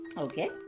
Okay